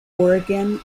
oregon